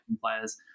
players